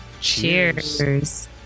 Cheers